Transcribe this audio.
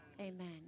Amen